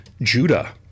Judah